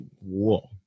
whoa